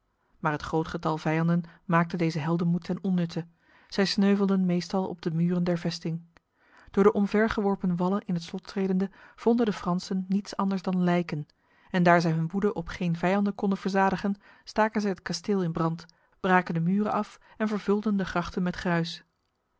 maar het groot getal vijanden maakte deze heldenmoed ten onnutte zij sneuvelden meestal op de muren der vesting door de omvergeworpen wallen in het slot tredende vonden de fransen niets anders dan lijken en daar zij hun woede op geen vijanden konden verzadigen staken zij het kasteel in brand braken de muren af en vervulden de grachten met gruis